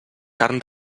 carn